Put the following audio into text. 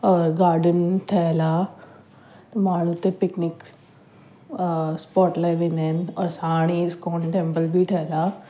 और गार्डन ठहियलु आहे माण्हू हुते पिकनिक स्पोर्ट लाइ वेंदा आहिनि हाणे इस्कॉन टेंपल बि ठहियलु आहे